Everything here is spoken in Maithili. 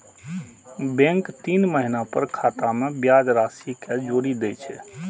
बैंक तीन महीना पर खाता मे ब्याज राशि कें जोड़ि दै छै